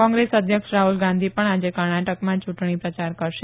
કોંગ્રેસ અધ્યક્ષ રાહ્રલ ગાંધી પણ આજે કર્ણાટકમાં ચુંટણી પ્રચાર કરશે